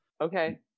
Okay